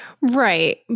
Right